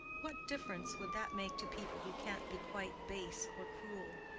what difference would that make to people who can't be quite base or cruel?